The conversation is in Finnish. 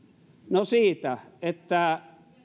no siitä että